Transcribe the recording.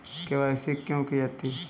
KYC क्यों की जाती है?